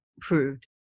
proved